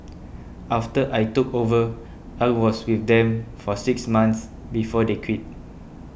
after I took over I was with them for six months before they quit